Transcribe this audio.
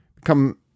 come